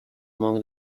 among